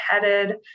headed